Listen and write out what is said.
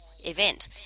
event